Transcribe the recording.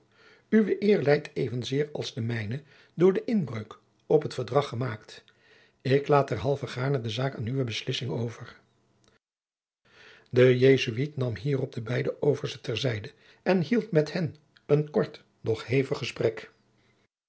uwe eer lijdt evenzeer als de mijne door de inbreuk op het verdrag gemaakt ik laat derhalve gaarne de zaak aan uwe beslissing over de jesuit nam hierop de beide oversten ter zijde en hield met hen een kort doch hevig gesprek